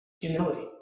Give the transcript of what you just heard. humility